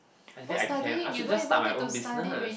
actually I can I should just start my own business